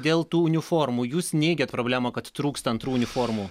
dėl tų uniformų jūs neigiat problemą kad trūksta antrų uniformų